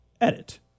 edit